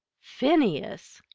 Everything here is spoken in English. phineas!